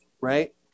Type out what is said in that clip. right